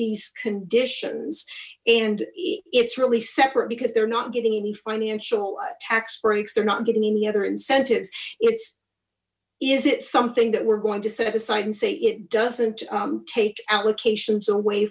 these conditions and it's really separate because they're not getting any financial tax breaks they're not getting any other incentives it's is it something that we're going to set aside and say it doesn't take allocations away